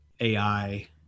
AI